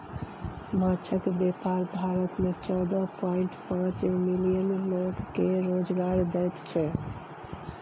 माछक बेपार भारत मे चौदह पांइट पाँच मिलियन लोक केँ रोजगार दैत छै